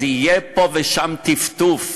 אז יהיה פה ושם טפטוף.